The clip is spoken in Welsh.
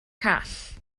call